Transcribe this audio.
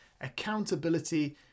accountability